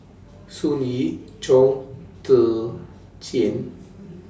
Sun Yee Chong Tze Chien